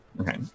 Okay